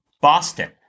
Boston